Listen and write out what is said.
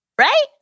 Right